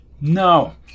No